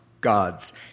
gods